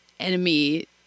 enemy